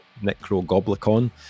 Necrogoblicon